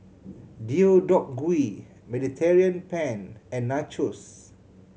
Deodeok Gui Mediterranean Penne and Nachos